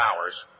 hours